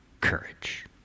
courage